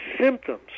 symptoms